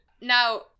Now